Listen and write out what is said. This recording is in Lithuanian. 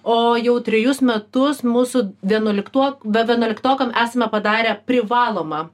o jau trejus metus mūsų vienuoliktok ve vienuoliktokam esame padarę privalomą